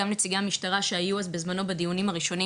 גם נציגי המשטרה שהיו אז בזמנו בדיונים הראשונים,